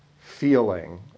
feeling